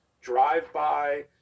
drive-by